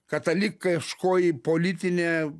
katalikiškoji politinė